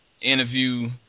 interview